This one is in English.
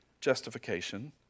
justification